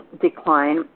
decline